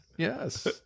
Yes